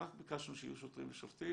אחר כך ביקשנו שיהיו שוטרים ושופטים.